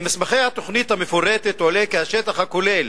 ממסמכי התוכנית המפורטת עולה כי השטח הכולל